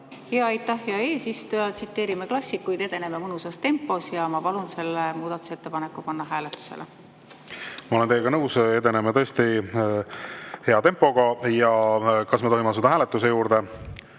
Aitäh, hea eesistuja! Tsiteerime klassikuid: "Edeneme mõnusas tempos." Ja ma palun selle muudatusettepaneku panna hääletusele. Ma olen teiega nõus, edeneme tõesti hea tempoga. Kas me tohime asuda hääletuse juurde?